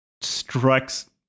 strikes